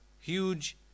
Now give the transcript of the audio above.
huge